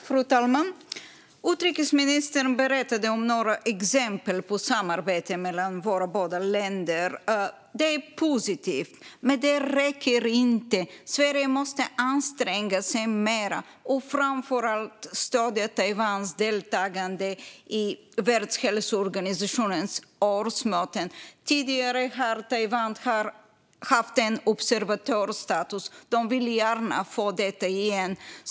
Fru talman! Utrikesministern berättade om några exempel på samarbete mellan våra båda länder. Det är positivt, men det räcker inte. Sverige måste anstränga sig mer och framför allt stödja Taiwans deltagande i Världshälsoorganisationens årsmöten. Tidigare har Taiwan haft en observatörsstatus. De vill gärna få det igen.